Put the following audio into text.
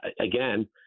again